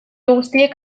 guztiek